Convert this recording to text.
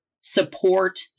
support